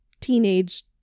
teenage